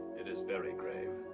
it is very grave.